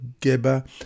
Geba